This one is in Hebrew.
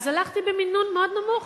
אז הלכתי במינון מאוד נמוך.